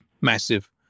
massive